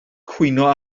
cwyno